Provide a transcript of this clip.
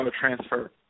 transfer